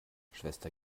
schwester